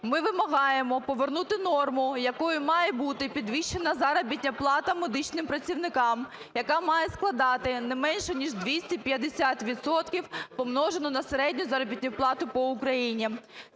Ми вимагаємо повернути норму, якою має бути підвищена заробітна плата медичним працівникам, яка має складати не менше ніж 250 відсотків, помножену на середню заробітну плату по Україні.